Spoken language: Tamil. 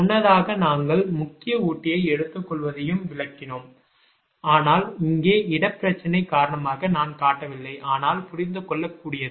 முன்னதாக நாங்கள் முக்கிய ஊட்டியை எடுத்துக்கொள்வதையும் விளக்கினோம் ஆனால் இங்கே இடப் பிரச்சினை காரணமாக நான் காட்டவில்லை ஆனால் புரிந்துகொள்ளக்கூடியது